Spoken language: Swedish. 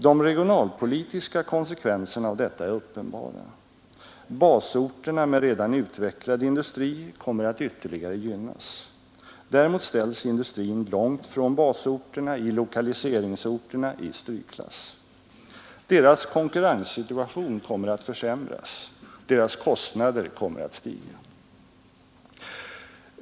De regionalpolitiska konsekvenserna av detta är uppenbara. Basorterna med redan utvecklad industri kommer att ytterligare gynnas. Däremot ställs industrin långt från basorterna, i lokaliseringsorterna, i strykklass. Deras konkurrenssituation kommer att försämras. Deras kostnader kommer att stiga.